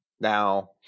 Now